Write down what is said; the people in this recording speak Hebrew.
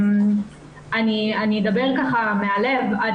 אני אדבר מהלב.